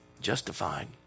Justified